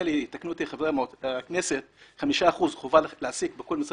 יתקנו אותי חברי הכנסת אבל הייתה חובה להעסיק חמישה אחוזים בכל משרד